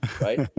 Right